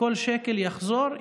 וכל שקל יחזור,